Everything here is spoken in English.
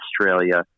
Australia